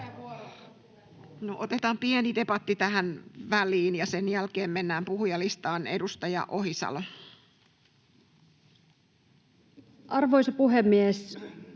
otetaan pieni debatti tähän väliin, ja sen jälkeen mennään puhujalistaan. — Edustaja Ohisalo. [Speech